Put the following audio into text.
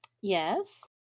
Yes